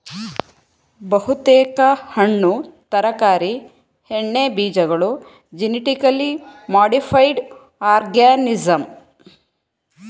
ಬಹುತೇಕ ಹಣ್ಣು ತರಕಾರಿ ಎಣ್ಣೆಬೀಜಗಳು ಜೆನಿಟಿಕಲಿ ಮಾಡಿಫೈಡ್ ಆರ್ಗನಿಸಂ